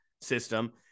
system